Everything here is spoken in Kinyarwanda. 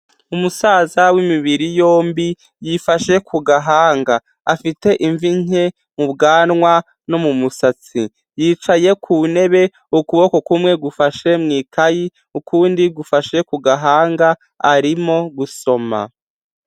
Umusaza w'imibiri yombi, yifashe ku gahanga. Afite imvi nke mu bwanwa no mu musatsi. Yicaye ku ntebe, ukuboko kumwe gufashe mu ikayi, ukundi gufashe ku gahanga, arimo gusoma.